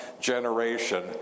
generation